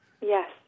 Yes